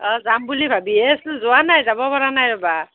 অঁ যাম বুলি ভাবিহে আছোঁ যোৱা নাই যাব পৰা নাই ৰ'বা